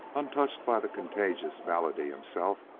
untouched by the contagious malady himself,